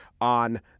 on